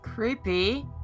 Creepy